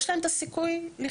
יש להם את הסיכוי לחיות,